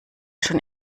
schon